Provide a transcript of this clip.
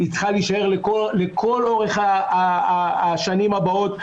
היא צריכה להישאר לכל אורך השנים הבאות.